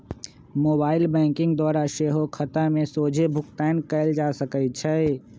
mobile banking द्वारा सेहो खता में सोझे भुगतान कयल जा सकइ छै